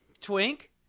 Twink